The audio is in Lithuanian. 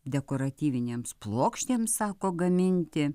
dekoratyvinėms plokštėms sako gaminti